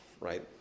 right